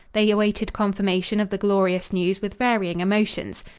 they awaited confirmation of the glorious news with varying emotions.